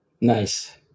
nice